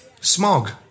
Smog